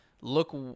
Look